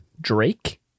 Drake